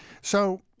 So-